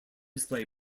display